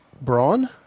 brawn